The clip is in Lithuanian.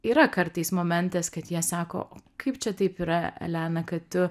yra kartais momentas kad jie sako kaip čia taip yra elena kad tu